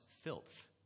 filth